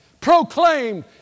proclaimed